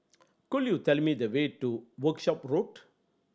could you tell me the way to Workshop Road